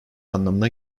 anlamına